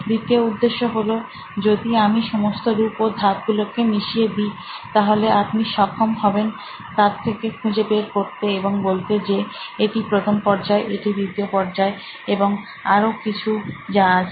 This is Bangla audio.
দ্বিতীয় উদ্দেশ্য হলো যদি আমি সমস্ত রূপ ও ধাপগুলোকে মিশিয়ে দি তাহলে আপনি সক্ষম হবেন তার থেকে খুঁজে বের করতে এবং বলতে যে এটি প্রথম পর্যায় এটি দ্বিতীয় পর্যায় এবং আরও কিছু যা আছে